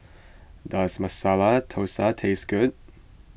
does Masala Thosai taste good